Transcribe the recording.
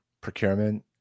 Procurement